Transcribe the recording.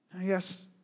Yes